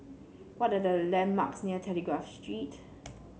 what are the landmarks near Telegraph Street